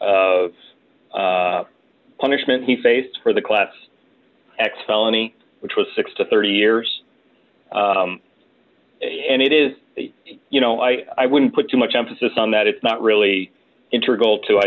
of punishment he faced for the class x felony which was six to thirty years and it is you know i i wouldn't put too much emphasis on that it's not really interval to i